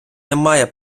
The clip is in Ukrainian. немає